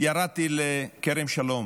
ירדתי לכרם שלום